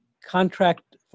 contract